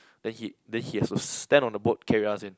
then he then he has to stand on the boat carry us in